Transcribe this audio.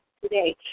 today